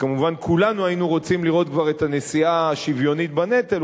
כשכמובן כולנו היינו רוצים לראות כבר את הנשיאה השוויונית בנטל,